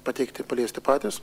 pateikti paliesti patys